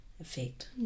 effect